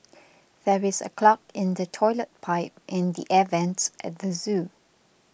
there is a clog in the Toilet Pipe and the Air Vents at the zoo